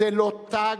זהו לא "תג"